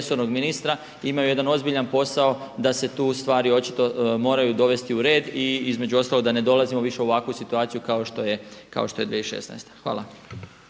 Hvala.